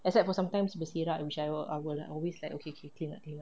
except for sometimes berselerak which I will I will always like okay okay clean up clean up